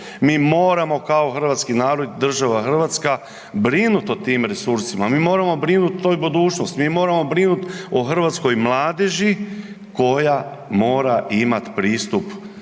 Mi moramo kao Hrvatski narod i država hrvatska brinuti o tim resursima. Mi moramo brinuti o toj budućnosti. Mi moramo brinuti o hrvatskoj mladeži koja mora imati pristup